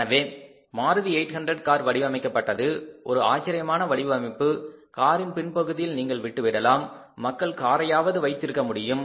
எனவே மாருதி 800 என்ற கார் வடிவமைக்கப்பட்டது ஒரு ஆச்சரியமான வடிவமைப்பு காரின் பின் பகுதியில் நீங்கள் விட்டுவிடலாம் மக்கள் காரையாவது வைத்திருக்க முடியும்